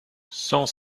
cent